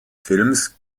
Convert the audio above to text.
films